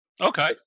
okay